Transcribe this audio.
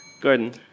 Gordon